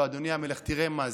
אדוני המלך, תראה מה זה,